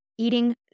Eating